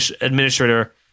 Administrator